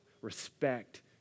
Respect